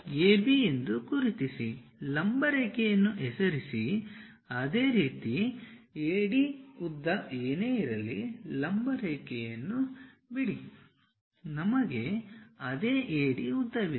AB ಎಂದು ಗುರುತಿಸಿ ಲಂಬ ರೇಖೆಯನ್ನು ಹೆಸರಿಸಿ ಅದೇ ರೀತಿ AD ಉದ್ದ ಏನೇ ಇರಲಿ ಲಂಬ ರೇಖೆಯನ್ನು ಬಿಡಿ ನಮಗೆ ಅದೇ AD ಉದ್ದವಿದೆ